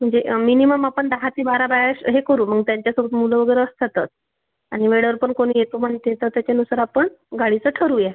म्हणजे मिनीमम आपण दहा ते बारा बायाच हे करू मग त्यांच्यासोबत मुलं वगैरे असतातच आणि वेळेवर पण कोणी येतो म्हणते तर त्याच्यानुसार आपण गाडीचं ठरवूया